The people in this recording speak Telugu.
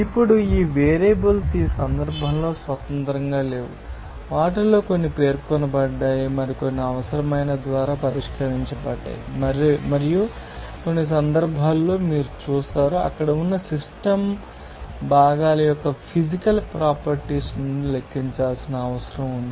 ఇప్పుడు ఈ వేరియబుల్స్ ఈ సందర్భంలో స్వతంత్రంగా లేవు వాటిలో కొన్ని పేర్కొనబడ్డాయి మరికొన్ని అవసరమైనవి ద్వారా పరిష్కరించబడ్డాయి మరియు కొన్ని సందర్భాల్లో మీరు చూస్తారు అక్కడ ఉన్న సిస్టమ్ భాగాల యొక్క ఫీజికల్ ప్రాపర్టీస్ నుండి లెక్కించాల్సిన అవసరం ఉంది